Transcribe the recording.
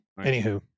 Anywho